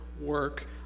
work